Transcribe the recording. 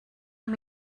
amb